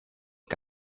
que